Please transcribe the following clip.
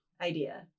idea